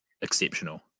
exceptional